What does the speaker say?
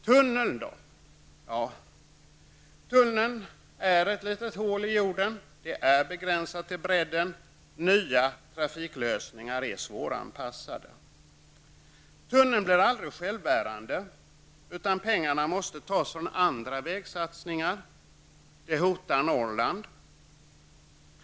Tunneln är ett litet hål i jorden och är begränsad till bredden. Det är svårt att göra anpassningar till nya trafiklösningar. Tunneln kommer aldrig att bli självbärande. Pengar måste tas från andra vägsatsningar. Det hotar Norrland.